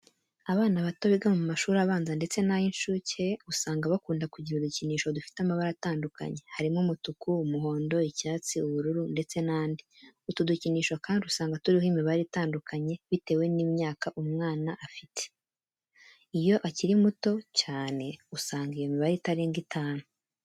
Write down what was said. Abana bato biga mu mashuri abanza ndetse n'ay'incuke, usanga bakunda kugira udukinisho dufite amabara atandukanye, harimo umutuku, umuhondo, icyatsi, ubururu, ndetse n'andi. Utu dukinisho kandi usanga turiho imibare itandukanye bitewe n'imyaka umwana afite. Iyo akiri muto cyane usanga iyo mibare itarenga itanu.